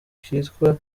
kitwa